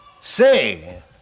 say